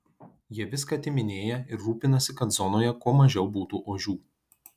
jie viską atiminėja ir rūpinasi kad zonoje kuo mažiau būtų ožių